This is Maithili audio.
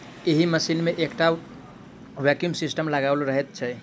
एहि मशीन मे एकटा वैक्यूम सिस्टम लगाओल रहैत छै